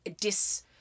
dis